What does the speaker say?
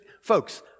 folks